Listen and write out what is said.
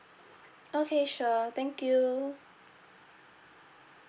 okay sure thank you